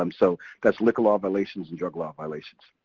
um so, that's liquor law violations and drug law violations.